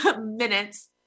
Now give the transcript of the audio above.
minutes